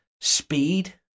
speed